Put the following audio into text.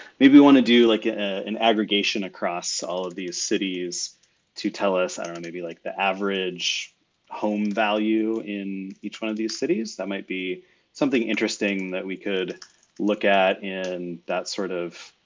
maybe we wanna do like an aggregation across all of these cities to tell us, i don't know, maybe like the average home value in each one of these cities. that might be something interesting that we could look at in that sort of